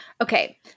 Okay